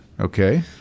Okay